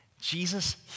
Jesus